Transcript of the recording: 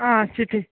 اَچھا ٹھیٖک